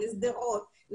לשדרות,